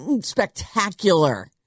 spectacular